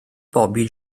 bobi